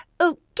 okay